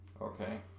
Okay